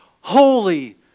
holy